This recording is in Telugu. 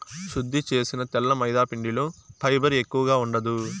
శుద్ది చేసిన తెల్ల మైదాపిండిలో ఫైబర్ ఎక్కువగా ఉండదు